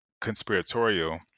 conspiratorial